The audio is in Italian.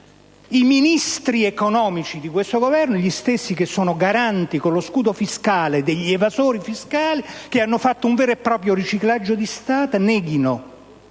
i Ministri economici di questo Governo, gli stessi che sono garanti, con lo scudo fiscale, degli evasori fiscali, che hanno fatto un vero e proprio riciclaggio di Stato, neghino